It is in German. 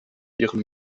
ihrem